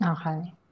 Okay